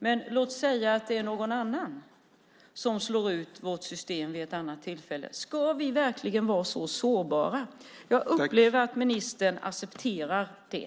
Men låt oss säga att det är någon annan som slår ut vårt telesystem vid ett annat tillfälle, ska vi verkligen vara så sårbara? Jag upplever att ministern accepterar det.